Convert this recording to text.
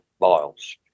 miles